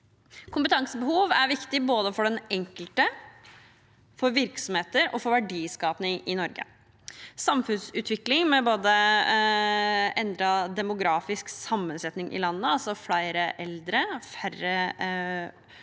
Kompetansebehov er viktig både for den enkelte, for virksomheter og for verdiskaping i Norge. Samfunnsutvikling med både endret demografisk sammensetning i landet, altså flere eldre, færre babyer,